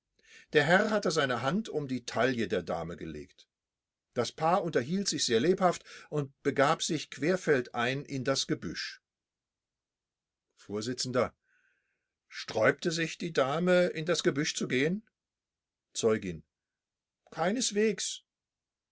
der herr hatte seine hand um die taille der dame gelegt das paar unterhielt sich sehr lebhaft und begab sich querfeldein in das gebüsch vert sträubte sich die dame in das gebüsch zu gehen zeugin keineswegs